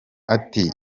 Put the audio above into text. ati